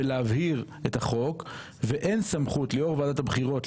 ולהבהיר את החוק ואין סמכות ליושב ראש ועדת הבחירות,